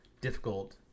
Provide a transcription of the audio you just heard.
difficult